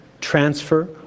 transfer